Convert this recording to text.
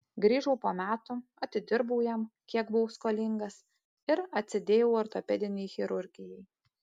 grįžau po metų atidirbau jam kiek buvau skolingas ir atsidėjau ortopedinei chirurgijai